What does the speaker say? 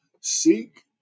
seek